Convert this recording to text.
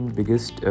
biggest